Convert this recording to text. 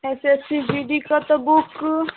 S S C G D के तऽ book